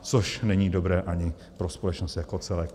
Což není dobré ani pro společnost jako celek.